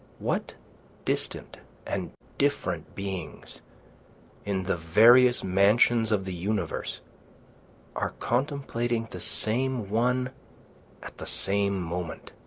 what distant and different beings in the various mansions of the universe are contemplating the same one at the same moment!